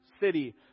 city